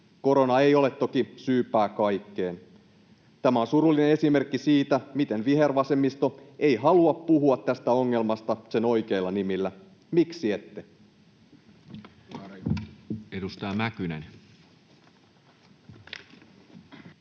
Korona ei ole toki syypää kaikkeen. Tämä on surullinen esimerkki siitä, miten vihervasemmisto ei halua puhua tästä ongelmasta sen oikeilla nimillä. Miksi ette? [Speech